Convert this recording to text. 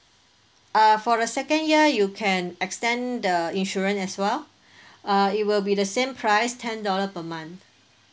uh for the second year you can extend the insurance as well uh it will be the same price ten dollar per month